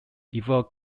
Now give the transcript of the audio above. evolve